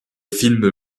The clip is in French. film